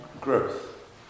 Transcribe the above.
growth